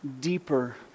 deeper